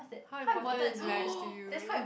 how important is marriage to you